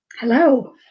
Hello